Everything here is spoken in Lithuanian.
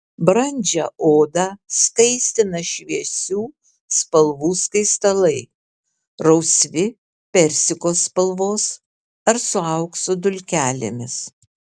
brandžią odą skaistina šviesių spalvų skaistalai rausvi persiko spalvos ar su aukso dulkelėmis